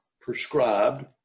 prescribed